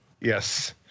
yes